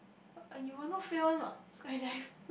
uh you will not fail [one] [what] skydive